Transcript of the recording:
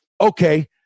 okay